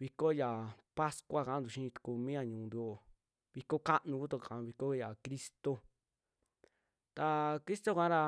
viko yaa pascua ka'antu xii tuku miya ñu'un ntuo, viko kanu kutuaka, viko ya cristo, taa cristoka ra.